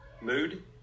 mood